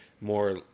more